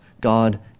God